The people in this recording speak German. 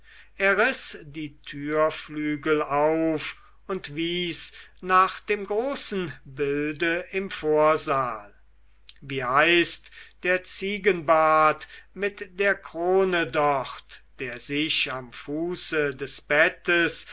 die türflügel auf und wies nach dem großen bilde im vorsaal wie heißt der ziegenbart mit der krone dort der sich am fuße des bettes